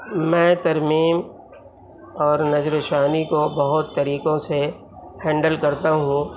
میں ترمیم اور نظرِ ثانی کو بہت طریقوں سے ہینڈل کرتا ہوں